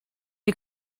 you